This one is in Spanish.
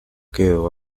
quedó